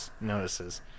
notices